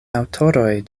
aŭtoroj